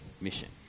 mission